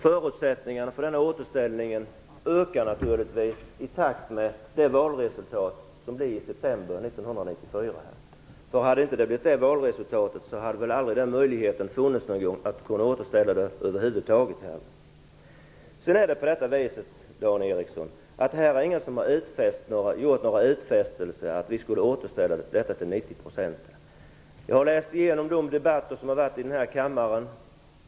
Förutsättningarna för denna återställning ökade naturligtvis i och med valresultatet i september 1994. Om valresultatet inte hade blivit som det blev skulle det väl aldrig bli möjligt att återställa det här. Ingen har gjort någon utfästelse, Dan Ericsson, om att vi skulle återställa detta till 90 %. Jag har läst igenom de debatter som har ägt rum i den här kammaren.